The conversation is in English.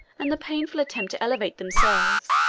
and the painful attempt to elevate themselves,